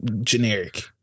generic